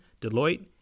Deloitte